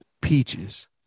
peaches